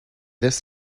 this